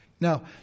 Now